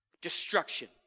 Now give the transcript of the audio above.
destruction